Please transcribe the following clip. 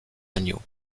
agneaux